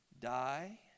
die